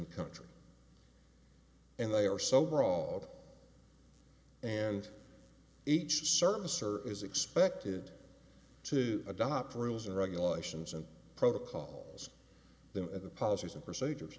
in country and they are sober all and each service or is expected to adopt rules and regulations and protocol that the policies and procedures